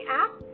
app